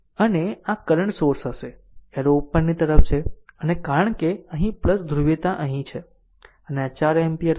અને આ current source હશે એરો ઉપરની તરફ છે અને કારણ કે અહીં ધ્રુવીયતા અહીં છે અને આ 4 એમ્પીયર હશે